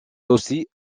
aussi